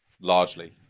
largely